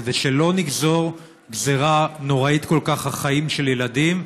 כדי שלא נגזור גזרה נוראה כל כך על חיים של ילדים,